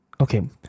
Okay